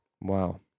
Wow